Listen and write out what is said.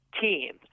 team